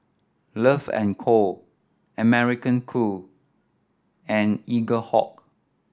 Love and Co American Crew and Eaglehawk